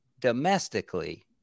domestically